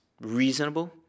reasonable